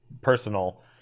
personal